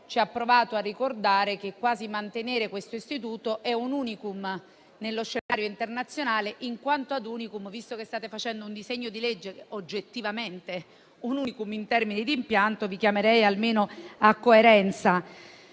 ha provato a ricordare che mantenere questo istituto è un *unicum* nello scenario internazionale. Quanto a *unicum*, visto che state facendo un disegno di legge che è oggettivamente un *unicum* in termini di impianto, vi chiamerei almeno a coerenza.